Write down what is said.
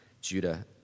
Judah